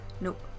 Nope